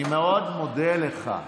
אני מאוד מודה לך.